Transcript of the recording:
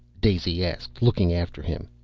daisy asked, looking after him.